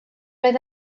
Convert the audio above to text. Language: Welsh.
oedd